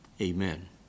amen